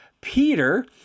Peter